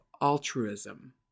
altruism